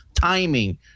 Timing